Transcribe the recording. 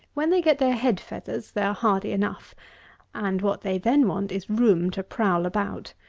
when they get their head feathers they are hardy enough and what they then want is room to prowl about.